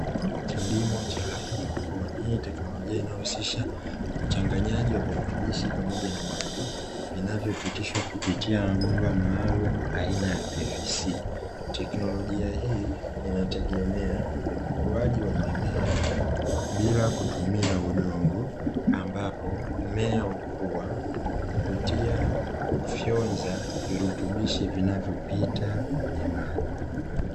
Kilimo cha haidroponi, hii teknolojia inayohusisha uchanganyaji wa virutubishi pamoja na maji vinavyopitishwa kupitia mabomba maalumu aina ya pvc, teknolojia hii inategemea ukuaji wa mimea bila kutumia udongo ambapo mmea hukua kupitia kufyonza virutubishi vinavyopita kwenye maji.